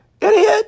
Idiot